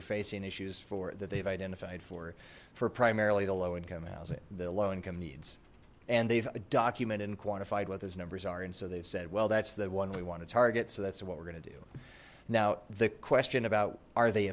are facing issues for that they've identified for for primarily the low income housing the low income needs and they've documented and quantified what those numbers are and so they've said well that's the one we want to target so that's what we're gonna do now the question about are they